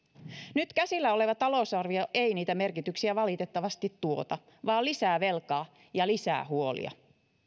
nyt käsillä oleva talousarvio ei niitä merkityksiä valitettavasti tuota vaan lisää velkaa ja lisää huolia